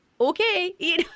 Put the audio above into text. Okay